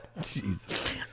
Jesus